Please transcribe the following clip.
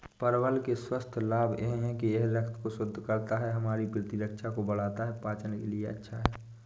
परवल के स्वास्थ्य लाभ यह हैं कि यह रक्त को शुद्ध करता है, हमारी प्रतिरक्षा को बढ़ाता है, पाचन के लिए अच्छा है